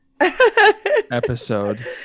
episode